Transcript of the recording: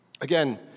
Again